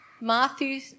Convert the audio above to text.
Matthew